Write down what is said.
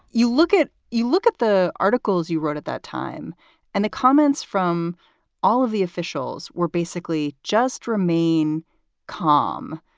you look at you look at the articles you wrote at that time and the comments from all of the officials were basically just remain calm.